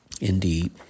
Indeed